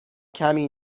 کمی